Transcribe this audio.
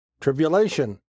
Tribulation